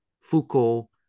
Foucault